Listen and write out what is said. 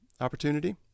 opportunity